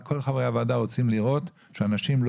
כל חברי הוועדה רוצים לראות שאנשים לא